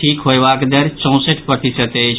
ठीक हायेबाक दर चौंसठि प्रतिशत अछि